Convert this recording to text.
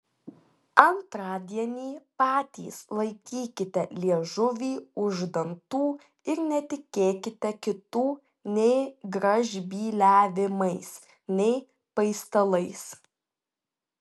antradienį patys laikykite liežuvį už dantų ir netikėkite kitų nei gražbyliavimais nei paistalais